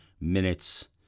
minutes